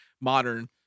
modern